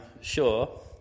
sure